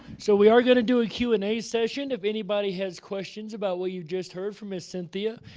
so we are going to do a q and a session if anybody has questions about what you've just heard from ms. cynthia,